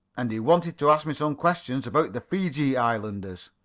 and he wanted to ask me some questions about the fiji islanders.